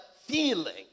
feeling